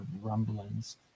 rumblings